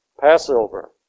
Passover